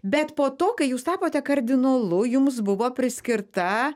bet po to kai jūs tapote kardinolu jums buvo priskirta